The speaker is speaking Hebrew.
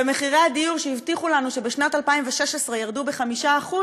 ומחירי הדיור שהבטיחו לנו שבשנת 2016 ירדו ב-5%,